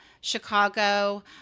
chicago